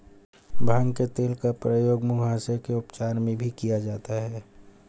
भांग के तेल का प्रयोग मुहासे के उपचार में भी किया जाता है